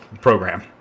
program